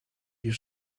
your